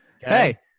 hey